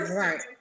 right